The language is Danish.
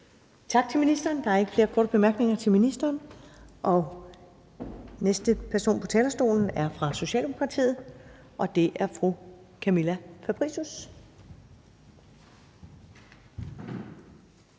Tak til ministeren. Der er ikke flere korte bemærkninger til ministeren. Næste person på talerstolen er fra Socialdemokratiet, og det er fru Camilla Fabricius.